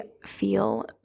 feel